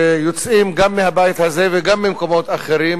שיוצאים גם מהבית הזה וגם ממקומות אחרים,